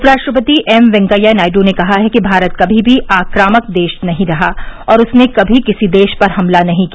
उपराष्ट्रपति एम वेंकैया नायडू ने कहा है कि भारत कभी भी आक्रामक देश नहीं रहा और उसने कभी किसी देश पर हमला नहीं किया